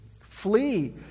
flee